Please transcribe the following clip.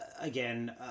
again